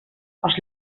els